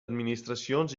administracions